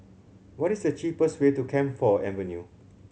what is the cheapest way to Camphor Avenue